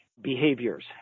behaviors